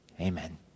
Amen